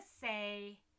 say